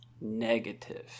negative